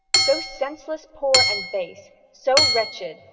so senceless, poor and base, so wretched,